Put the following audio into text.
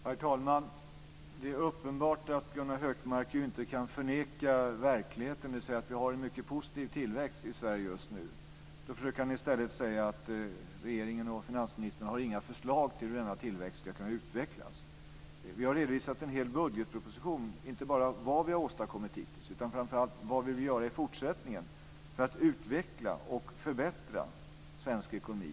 Herr talman! Det är uppenbart att Gunnar Hökmark inte kan förneka verkligheten, dvs. att vi har en mycket positiv tillväxt i Sverige just nu. Då försöker han i stället säga att regeringen och finansministern inte har några förslag till hur denna tillväxt ska kunna utvecklas. Vi har redovisat en hel budgetproposition. Det handlar inte bara om vad vi har åstadkommit hittills utan framför allt om vad vi vill göra i fortsättningen för att utveckla och förbättra svensk ekonomi.